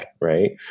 Right